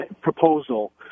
proposal